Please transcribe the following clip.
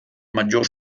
maggior